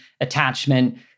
attachment